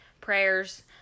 prayers